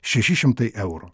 šeši šimtai eurų